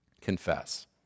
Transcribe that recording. Confess